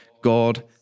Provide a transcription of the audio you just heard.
God